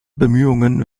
bemühungen